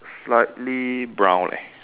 slightly brown leh